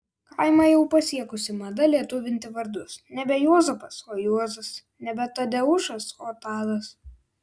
kaimą jau pasiekusi mada lietuvinti vardus nebe juozapas o juozas nebe tadeušas o tadas